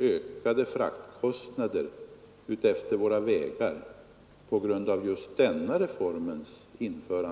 ökade fraktkostnader på våra vägar, så måste jag säga att denna avgift minsann inte har